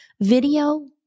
video